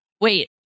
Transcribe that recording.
Wait